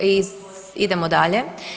Idemo dalje.